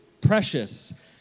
precious